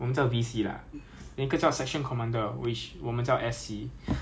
then 你会 command 你的 driver 你的 gunner 还有你你后面的 section